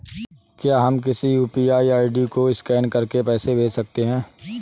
क्या हम किसी यू.पी.आई आई.डी को स्कैन करके पैसे भेज सकते हैं?